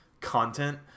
content